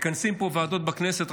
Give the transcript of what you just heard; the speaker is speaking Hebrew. מכנסים פה ועדות בכנסת,